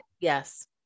yes